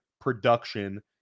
production